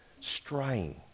straying